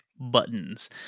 buttons